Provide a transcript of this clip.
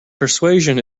persuasion